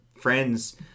friends